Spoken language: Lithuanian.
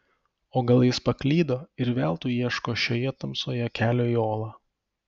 o gal jis paklydo ir veltui ieško šioje tamsoje kelio į olą